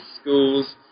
schools